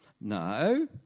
No